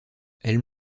elle